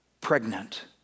pregnant